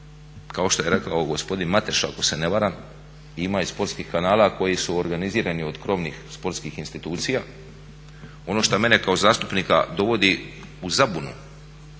kao što je rekao gospodin Mateša ako se ne varam ima i sportskih kanala koji su organizirani od krovnih sportskih institucija. Ono što mene kao zastupnika dovodi u zabunu